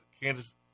Kansas